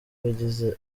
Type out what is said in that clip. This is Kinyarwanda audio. yagize